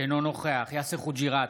אינו נוכח יאסר חוג'יראת,